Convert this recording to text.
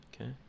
Okay